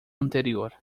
anterior